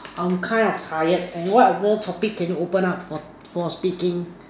I'm kind of tired on what other topic can you open up for for speaking